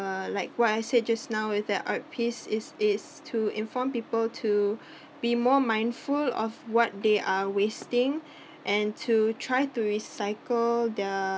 uh like what I said just now with that art piece is its to inform people to be more mindful of what they are wasting and to try to recycle their